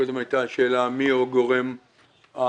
קודם עלתה השאלה מי הוא הגורם המאזן